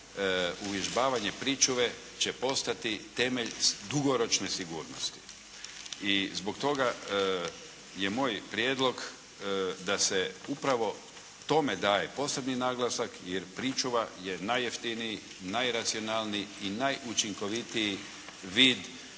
uvježbavanje pričuve će postati temelj dugoročne sigurnosti. I zbog toga je moj prijedlog da se upravo tome daje posebni naglasak, jer pričuva je najjeftiniji, najracionalniji i najučinkovitiji vid